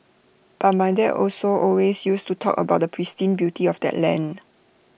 but my dad also always used to talk about the pristine beauty of that land